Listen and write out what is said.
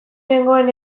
nengoen